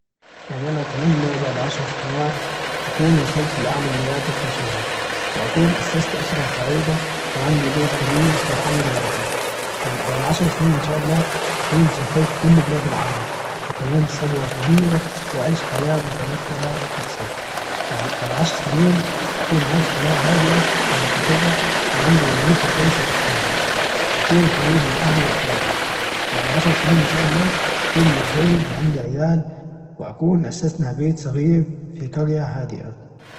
يعني أنا اتمنى بعد عشر سنوات أكون وصلت لأعلى المراتب في شغلي واكون أسست أسرة سعيدة وعندي بيت كبير في حيٍ راقي يعني بعد عشر سنين ان شاء الله أكون سافرت كل بلاد العالم وكونت ثروة كبيرة وأعيش حياة مترفهة أكثر يعني بعد عشر سنين أكون عايش حياة هادئة ومستقرة وعندي وظيفة كويسة تكفيني وأكون قريب من أهلي وأحبابي بعد عشر سنين ان شاء الله أكون متزوج وعندي عيال وأكون اسسنا بيت صغير في قرية هادئة